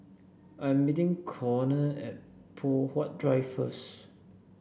I'm meeting Conner at Poh Huat Drive first